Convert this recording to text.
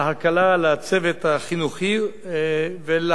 להקלה על הצוות החינוכי ולהענקת